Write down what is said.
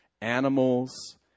animals